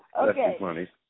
Okay